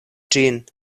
ĝin